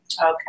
okay